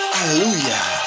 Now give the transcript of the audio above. Hallelujah